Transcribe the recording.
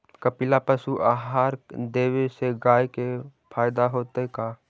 कपिला पशु आहार देवे से गाय के फायदा होतै का?